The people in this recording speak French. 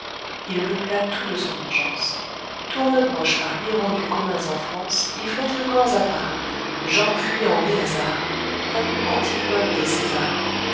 il peupla tout de son engeance tourne-broches par lui rendus communs en france y font un corps à part gens fuyant les hasards peuple antipode des césars